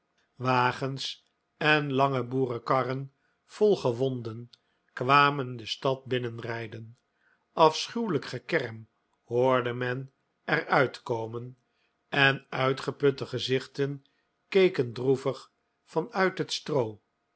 wagens en lange boerenkarren vol gewonden kwamen de stad binnenrijden afschuwelijk gekerm hoorde men er uitkomen en uitgeputte gezichten keken droevig van uit het stroo